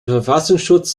verfassungsschutz